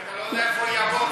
כי אתה לא יודע איפה הוא יעבור,